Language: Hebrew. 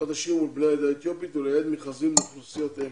חדשים ולבני העדה האתיופית ולייעד מכרזים לאוכלוסיות אלה.